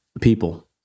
people